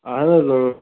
اَہَن حظ